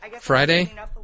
Friday